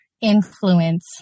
influence